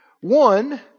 One